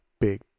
big